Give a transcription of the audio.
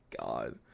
God